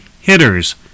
hitters